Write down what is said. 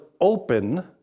open